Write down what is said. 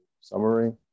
summary